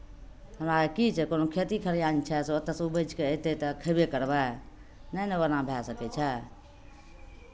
हमरा आरके की छै कोनो खेती खलिआन छै से ओतयसँ उपजि कऽ अयतै तऽ खयबे करबै नहि ने ओना भए सकै छै